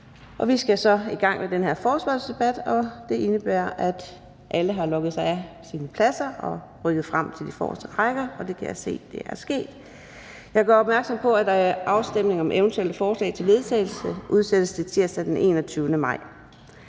Vi skal i gang med den her forespørgselsdebat, og det indebærer, at alle har logget sig af deres pladser og er rykket frem til de forreste rækker. Det kan jeg se er sket. Jeg gør opmærksom på, at afstemning om eventuelle forslag til vedtagelse udsættes til tirsdag den 21. maj.